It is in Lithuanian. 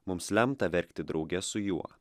mums lemta verkti drauge su juo